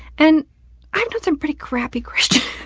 and i've known some pretty crappy christians.